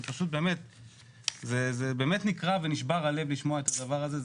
זה באמת נקרע ונשבר הלב לשמוע את הדבר הזה.